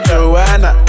Joanna